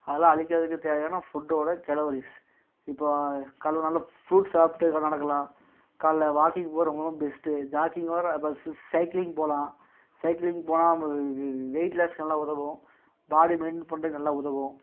அதை அழிக்கிறதுக்கு தேவையான ஃபுட்டோடய கலோரிஸ் இப்போ கலோ நல்ல ஃப்ரூட்ஸ் சாப்பிட்டு நடக்கலாம் காலைல வாக்கிங் போகிறவுங்களும் பெஸ்ட்டு ஜாக்கிங்கோடய சைக்ளிங் போகலாம் சைக்ளிங் போனால் நம்ம வெயிட்லாஸ்க்கு நல்லா உதவும் பாடி மெயின்டென் பண்ணுறதுக்கு நல்லா உதவும்